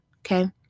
okay